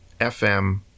FM